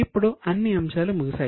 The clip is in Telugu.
ఇప్పుడు అన్ని అంశాలు ముగిశాయి